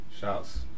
shouts